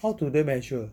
how do they measure